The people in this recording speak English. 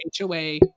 hoa